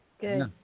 good